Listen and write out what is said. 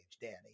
Danny